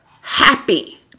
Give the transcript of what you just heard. happy